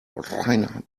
rainer